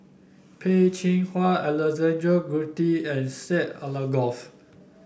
Peh Chin Hua Alexander Guthrie and Syed Alsagoff